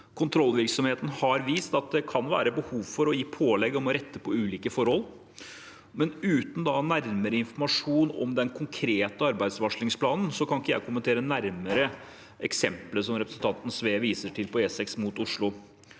Kontrollvirksomheten har vist at det kan være behov for å gi pålegg om å rette på ulike forhold. Men uten nærmere informasjon om den konkrete arbeidsvarslingsplanen kan ikke jeg kommentere nærmere eksempelet som representanten Sve viser til på E6 mot Oslo.